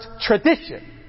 tradition